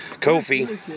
Kofi